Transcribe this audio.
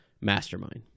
mastermind